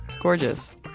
gorgeous